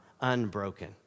unbroken